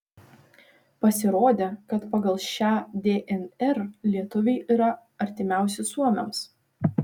pasirodė kad pagal šią dnr lietuviai yra artimiausi suomiams